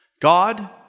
God